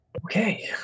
Okay